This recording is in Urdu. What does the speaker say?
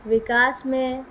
وکاس میں